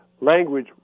language